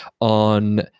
on